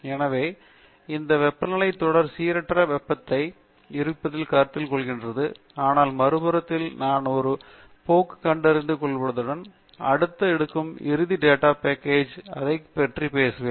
எனவே இந்த வெப்பநிலைத் தொடர் சீரற்றதாக இருப்பதைக் கருத்தில் கொள்ளுதல் ஆனால் மறுபுறத்தில் நான் சில போக்குகளைக் கண்டறிந்து கொள்வதுடன் அடுத்த எடுக்கும் இறுதி டேட்டா பேக்கேஜ் ல் அதைப் பற்றி பேசுவேன்